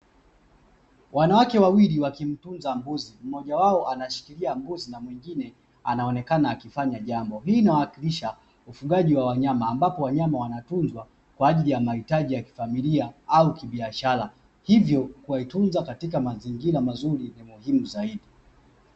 Wanawake wawili wakimtunza mbuzi mmoja wao anashikilia mbuzi na mwingine anaonekana akifanya jambo. Hii nawakilisha ufugaji wa wanyama ambapo wanyama wanatunzwa kwa ajili ya mahitaji ya kifamilia au kibiashara, hivyo kuwatunza katika mazingira mazuri ni muhimu zaidi